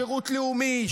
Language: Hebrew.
שירות לאומי,